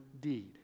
deed